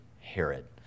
Herod